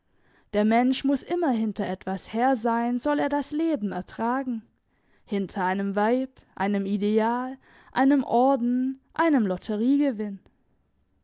der mensch muss immer hinter etwas her sein soll er das leben ertragen hinter einem weib einem ideal einem orden einem lotteriegewinn